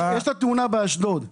יש את התאונה באשדוד,